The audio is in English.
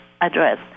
address